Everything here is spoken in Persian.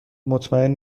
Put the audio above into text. مطمئن